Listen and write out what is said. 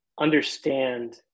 understand